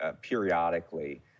periodically